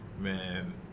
Man